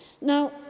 Now